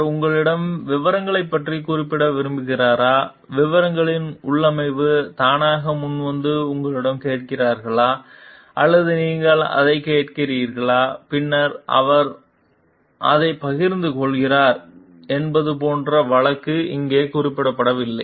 அவர் உங்களிடம் விவரங்களைப் பற்றிக் குறிப்பிட விரும்புகிறாரா விவரங்களில் உள்ளமைவை தானாக முன்வந்து உங்களிடம் கேட்கிறீர்களா அல்லது நீங்கள் அதைக் கேட்கிறீர்களா பின்னர் அவர் அதைப் பகிர்ந்து கொள்கிறார் என்பது போன்ற வழக்கு இங்கே குறிப்பிடப்படவில்லை